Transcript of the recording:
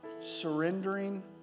surrendering